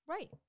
Right